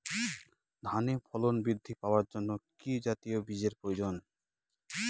ধানে ফলন বৃদ্ধি পাওয়ার জন্য কি জাতীয় বীজের প্রয়োজন?